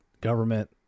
government